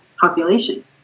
population